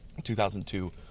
2002